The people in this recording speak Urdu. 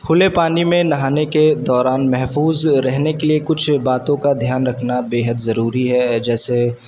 کھلے پانی میں نہانے کے دوران محفوظ رہنے کے لیے کچھ باتوں کا دھیان رکھنا بے حد ضروری ہے جیسے